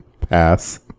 Pass